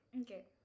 okay